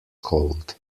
cold